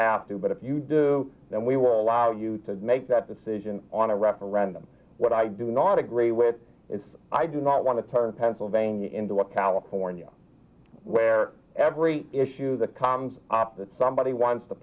have to but if you do then we will allow you to make that decision on a referendum what i do not agree with it's i do not want to turn pennsylvania into a california where every issue the cons that somebody wants to